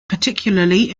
particularly